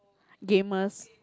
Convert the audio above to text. gamers